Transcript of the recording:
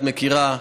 את מכירה,